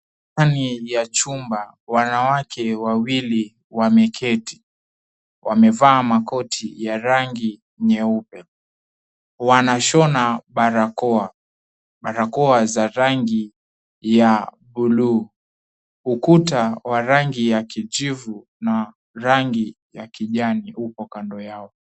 Ndani ya chumba, wanawake wawili wameketi. Wamevaa makoti ya rangi nyeupe. Wanashona barakoa. Barakoa za rangi ya buluu. Ukuta wa rangi ya kijivu na rangi ya kijani uko kando yao.